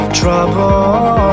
trouble